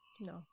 No